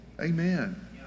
amen